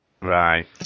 Right